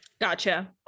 Gotcha